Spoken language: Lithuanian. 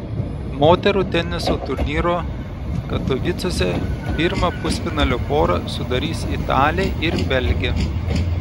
moterų teniso turnyro katovicuose pirmą pusfinalio porą sudarys italė ir belgė